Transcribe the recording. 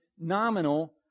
Nominal